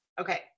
okay